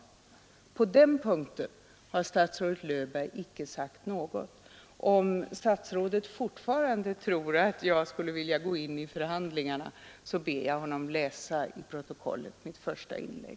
På den punkten har statsrådet Löfberg inte sagt något. Om statsrådet fortfarande tror att jag skulle vilja gå in i förhandlingarna, ber jag honom att i protokollet läsa mitt första inlägg.